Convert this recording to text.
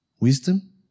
Wisdom